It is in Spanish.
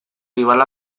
rival